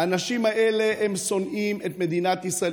האנשים האלה שונאים את מדינת ישראל.